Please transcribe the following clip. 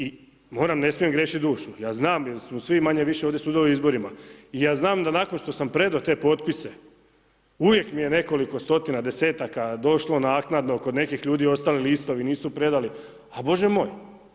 I moram, ne smijem griješit dušu, ja znam jer smo svi manje-više ovdje sudjelovali na izborima, i ja znam da nakon što sam predao te potpise uvijek mi je nekoliko stotina desetaka došlo naknadno, kod nekih ljudi ostali listovi nisu predali, ali Bože moj.